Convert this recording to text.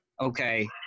Okay